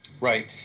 Right